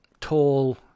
tall